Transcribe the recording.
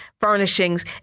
furnishings